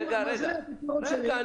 אני מזריע את הפרות שלי --- רגע,